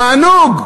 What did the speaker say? תענוג.